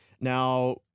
Now